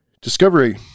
Discovery